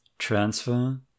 Transfer